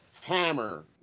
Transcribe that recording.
Hammer